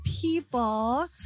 people